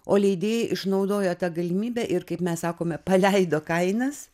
o leidėjai išnaudojo tą galimybę ir kaip mes sakome paleido kainas